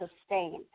sustain